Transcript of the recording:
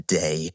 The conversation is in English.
day